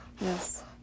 Yes